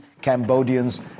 Cambodians